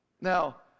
now